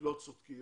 לא צודקים,